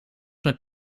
met